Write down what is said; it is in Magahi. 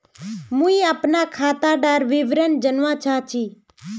मुई अपना खातादार विवरण जानवा चाहची?